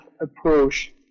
approach